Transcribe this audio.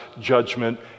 judgment